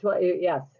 Yes